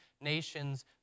nations